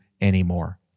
anymore